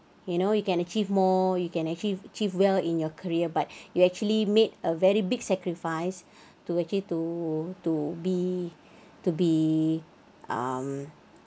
you know you can achieve more you can actually achieve well in your career but you actually made a very big sacrifice to actually to to be to be um